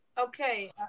Okay